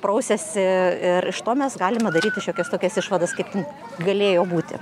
prausiasi ir iš to mes galime daryti šiokias tokias išvadas kaip ten galėjo būti